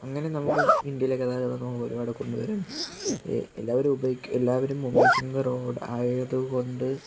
അങ്ങനെ നമുക്ക് ഇന്ത്യയിലെ ഗതാഗതം നമുക്ക് ഒരുപാട് കൊണ്ടുവരും എല്ലാവരും എല്ലാവരും ഉപയോഗിക്കുന്ന റോഡ് ആയതുകൊണ്ട്